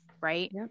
right